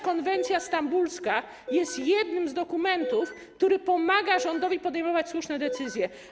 Konwencja stambulska jest jednym z dokumentów, który pomaga rządowi podejmować słuszne decyzje.